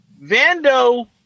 Vando